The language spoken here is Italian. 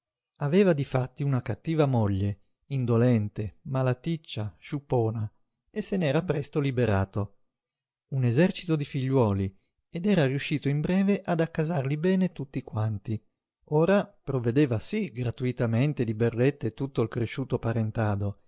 aveva difatti una cattiva moglie indolente malaticcia sciupona e se n'era presto liberato un esercito di figliuoli ed era riuscito in breve ad accasarli bene tutti quanti ora provvedeva sí gratuitamente di berrette tutto il cresciuto parentado